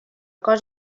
cos